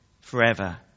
forever